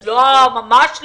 לא, ממש לא.